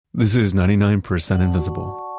this is ninety nine percent invisible.